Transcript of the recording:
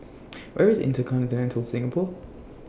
Where IS InterContinental Singapore